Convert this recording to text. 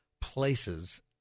places